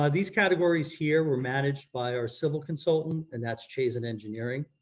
ah these categories here were managed by our civil consultant and that's chazen engineering.